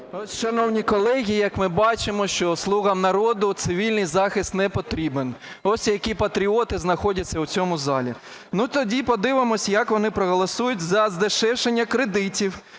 А.Е. Шановні колеги, як ми бачимо, що "слугам народу" цивільний захист не потрібен. Ось які патріоти знаходяться в цьому залі. Тоді подивимось, як вони проголосують за здешевлення кредитів